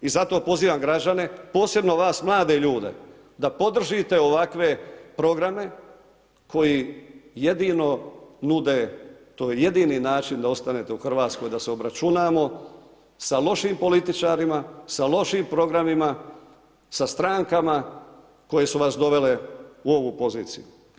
I zato pozivam građane, posebno vas mlade ljude da podržite ovakve programe koji jedino nude, to je jedini način da ostanete u RH da se obračunamo sa lošim političarima, sa lošim programima, sa strankama koje su vas dovele u ovu poziciju.